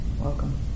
Welcome